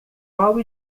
qual